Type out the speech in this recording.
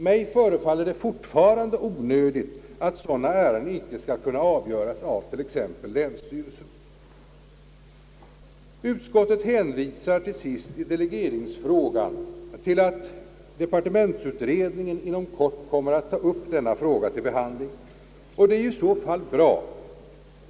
Mig förefaller det fortfarande onödigt att sådana ärenden icke skall kunna avgöras av t.ex. länsstyrelsen. Utskottet hänvisar till sist i delegeringsfrågan till att departementsutredningen inom kort kommer att ta upp denna fråga till behandling. Det är i så fall bra.